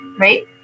right